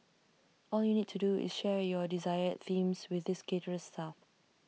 all you need to do is share your desired themes with this caterer's staff